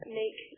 make